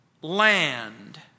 land